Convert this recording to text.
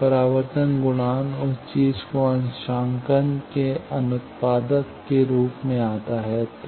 परावर्तन गुणांक उस चीज को अंशांकन के अनुत्पादक के रूप में आता है